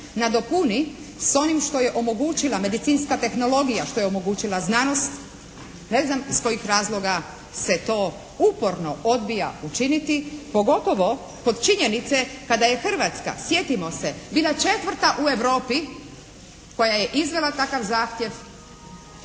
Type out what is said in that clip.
nadopuni sa onim što je omogućila medicinska tehnologija, što je omogućila znanost ne znam iz kojih razloga se to uporno odbija učiniti, pogotovo kod činjenica kada je Hrvatska sjetimo se bila 4. u Europi koja je izvela takav zahtjev